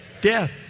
death